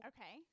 Okay